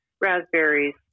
raspberries